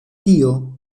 tio